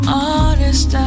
honest